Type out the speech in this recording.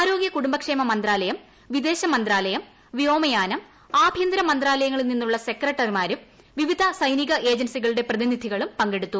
ആരോഗ്യ കുടുംബക്ഷേമ മ്യ്ത്താലയം വിദേശ മന്ത്രാലയം വ്യോമയാനം ആഭ്യന്തരമന്ത്രാലയങ്ങളിൽ നീന്നുള്ള സെക്രട്ടറിമാരും വിവിധ സൈനിക ഏജൻസികളുടെ പ്രതിനിധികളും പങ്കെടുത്തു